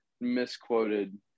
misquoted